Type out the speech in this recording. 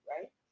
Right